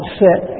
set